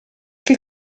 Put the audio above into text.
che